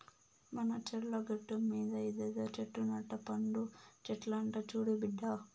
మన చర్ల గట్టుమీద ఇదేదో చెట్టు నట్ట పండు చెట్లంట చూడు బిడ్డా